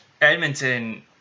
Edmonton